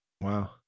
Wow